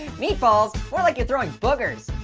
meatballs? more like you're throwing boogers.